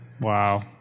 Wow